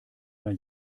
mal